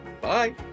Bye